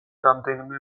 რამდენიმე